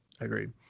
Agreed